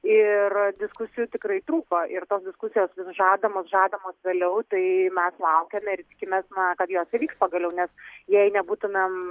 ir diskusijų tikrai trūko ir tos diskusijos žadamos žadamos vėliau tai mes laukiame ir tikimės na kad jos įvyks pagaliau nes jei nebūtumėm